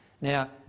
Now